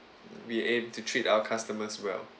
mm we aim to treat our customers well